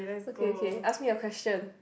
okay okay ask me a question